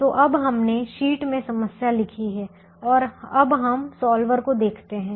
तो अब हमने शीट में समस्या लिखी है और अब हम सॉल्वर को देखते हैं